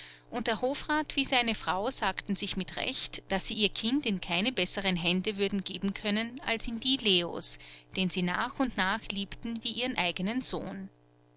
und der hofrat wie seine frau sagten sich mit recht daß sie ihr kind in keine besseren hände würden geben können als in die leos den sie nach und nach liebten wie ihren eigenen sohn